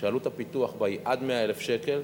שעלות הפיתוח בה היא עד 100,000 שקל,